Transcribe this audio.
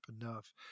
enough